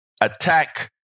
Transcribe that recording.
attack